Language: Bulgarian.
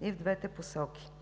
и в двете посоки.